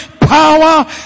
power